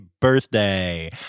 birthday